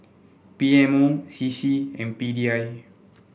P M O C C and P D I